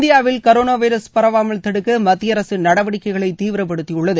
இந்தியாவில் corona virus பரவாமல் தடுக்க மத்திய அரசு நடவடிக்கைகளை தீவிரப்படுத்தியுள்ளது